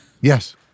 Yes